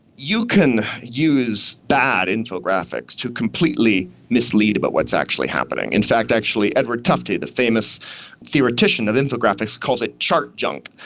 you can use bad infographics to completely mislead about what's actually happening. in fact actually edward tufte, the famous theoretician of infographics calls it chart junk,